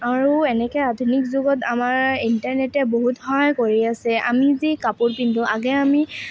আৰু এনেকৈ আধুনিক যুগত আমাৰ ইণ্টাৰনেটে বহুত সহায় কৰি আছে আমি যি কাপোৰ পিন্ধো আগেয়ে আমি